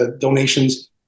donations